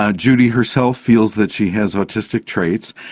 ah judy herself feels that she has autistic traits,